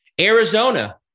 Arizona